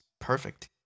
perfect